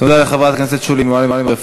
תודה לחברת הכנסת שולי מועלם-רפאלי.